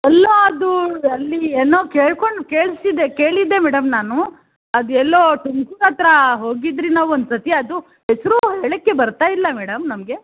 ಅಲ್ಲ ಅದು ಅಲ್ಲಿ ಏನೋ ಕೇಳ್ಕೊಂಡು ಕೇಳಿಸಿದ್ದೆ ಕೇಳಿದ್ದೆ ಮೇಡಮ್ ನಾನು ಅದೆಲ್ಲೋ ತುಮಕೂರತ್ರ ಹೋಗಿದ್ರಿ ನಾವು ಒಂದ್ಸತಿ ಅದು ಹೆಸರು ಹೇಳೋಕ್ಕೆ ಬರ್ತಾ ಇಲ್ಲ ಮೇಡಮ್ ನಮಗೆ